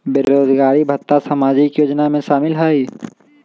बेरोजगारी भत्ता सामाजिक योजना में शामिल ह ई?